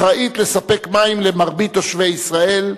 אחראית לספק מים למרבית תושבי ישראל,